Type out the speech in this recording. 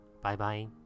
Bye-bye